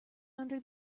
under